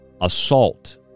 assault